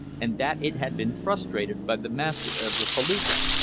and that it had been frustrated by the master of the felucca,